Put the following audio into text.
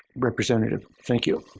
representative. thank you.